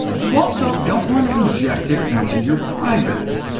you also don't want to inject it into your privates,